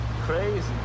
Crazy